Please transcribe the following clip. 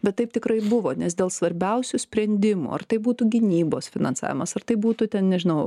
bet taip tikrai buvo nes dėl svarbiausių sprendimų ar tai būtų gynybos finansavimas ar tai būtų ten nežinau